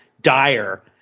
dire